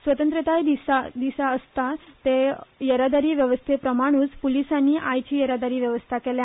स्वतंत्रताय दिसा आसता ते येरादारी वेवस्थेप्रमाणुच पुलिसानी आयची येरादारी वेवस्था केल्या